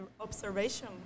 observation